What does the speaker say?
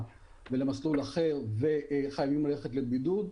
ולמסלול אחר וחייבים ללכת לבידוד.